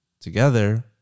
together